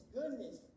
goodness